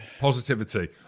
Positivity